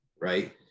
right